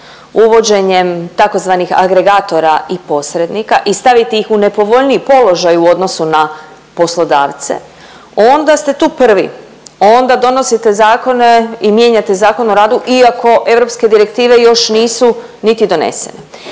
uvođenjem tzv. agregatora i posrednika i staviti ih u nepovoljniji položaj u odnosu na poslodavce, onda ste tu prvi. Onda donosite zakone i mijenjate Zakon o radu iako europske direktive još nisu niti donesene.